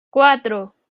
cuatro